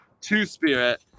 two-spirit